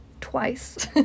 twice